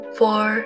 four